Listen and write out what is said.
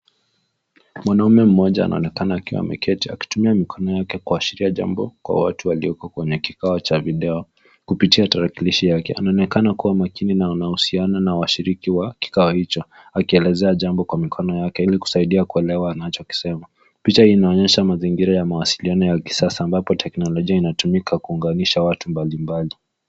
Mwanaume mmoja anaonekana akiwa ameketi akitumia mikono yake kuashiria jambo kwa watu walioko kwenye kikao cha video kupitia tarakilishi yake. Anaonekana kuwa makini na anahusiana na washiriki wa kikao hicho; akielezea jambo kwa mikono yake ili kusaidia kuelewa anachokisema. Picha hii inaonyesha mazingira ya mawasiliano ya kisasa ambapo teknologia inatumika kuunganisha watu mbalimbali.